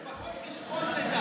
לפחות תדע חשבון,